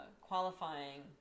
qualifying